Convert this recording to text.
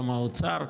גם האוצר,